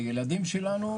לילדים שלנו.